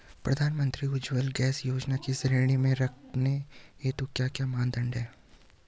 प्रधानमंत्री उज्जवला गैस योजना की श्रेणी में रखने हेतु क्या क्या मानदंड है?